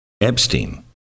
Epstein